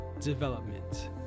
development